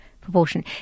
proportion